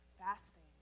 fasting